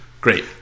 Great